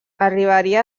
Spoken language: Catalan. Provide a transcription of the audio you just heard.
arribaria